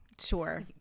Sure